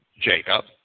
Jacob